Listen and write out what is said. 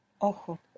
Ojo